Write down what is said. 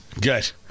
good